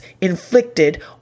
inflicted